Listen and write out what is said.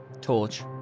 Torch